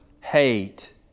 Hate